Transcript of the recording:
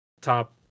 top